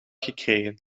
gekregen